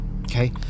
Okay